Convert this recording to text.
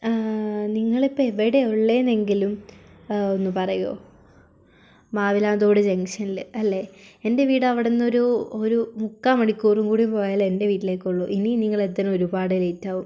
നിങ്ങളിപ്പോൾ എവിടാ ഉള്ളതെന്നെകിലും ഒന്ന് പറയുമൊ മാവിലാന്തോട് ജംഗ്ഷനിൽ അല്ലേ എൻറ്റെ വീട് അവിടുന്നൊരു ഒരു മുക്കാൽ മണിക്കൂർ കൂടി പോയാലേ എൻറ്റെ വീട്ടിലേക്ക് ഉള്ളു ഇനി നിങ്ങളെത്താൻ ഒരുപാട് ലേറ്റ് ആകും